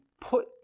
put